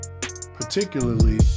particularly